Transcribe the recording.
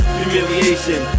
humiliation